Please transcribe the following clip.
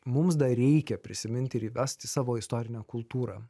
mums dar reikia prisimint ir įvest į savo istorinę kultūrą